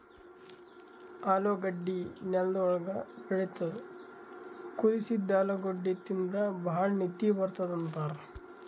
ಆಲೂಗಡ್ಡಿ ನೆಲ್ದ್ ಒಳ್ಗ್ ಬೆಳಿತದ್ ಕುದಸಿದ್ದ್ ಆಲೂಗಡ್ಡಿ ತಿಂದ್ರ್ ಭಾಳ್ ನಿದ್ದಿ ಬರ್ತದ್ ಅಂತಾರ್